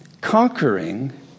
conquering